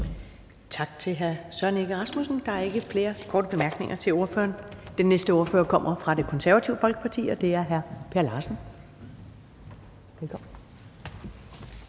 Tak til hr. Søren Egge Rasmussen. Der er ikke flere korte bemærkninger til ordføreren. Den næste ordfører kommer fra Det Konservative Folkeparti, og det er hr. Per Larsen. Velkommen.